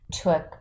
took